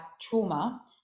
trauma